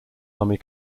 army